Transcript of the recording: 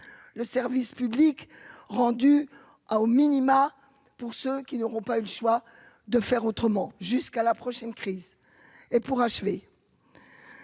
Le service public sera rendu pour ceux qui n'auront pas eu le choix de faire autrement, jusqu'à la prochaine crise. La Commission